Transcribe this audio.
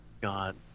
God